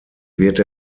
wird